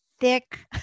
thick